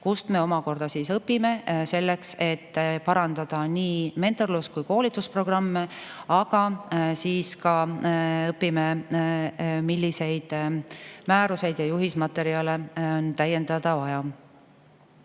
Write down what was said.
kust me omakorda õpime selleks, et parandada nii mentorlus- kui koolitusprogramme. Ja õpime ka, milliseid määruseid ja juhismaterjale on täiendada vaja.